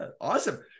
awesome